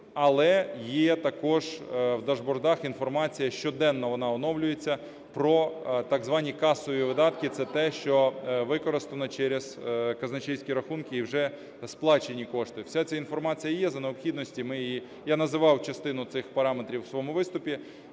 Але є також у дашбордах інформація, щоденно вона оновлюється, про так звані касові видатки. Це те, що використано через казначейські рахунки і вже сплачені кошти. Вся ця інформація є, за необхідності ми її... Я називав частину цих параметрів у своєму виступі,